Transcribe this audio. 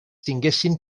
tinguessin